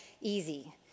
easy